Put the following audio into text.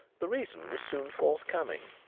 the reason was soon forthcoming.